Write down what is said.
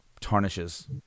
tarnishes